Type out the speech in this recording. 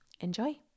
Enjoy